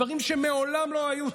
דברים שמעולם לא היו,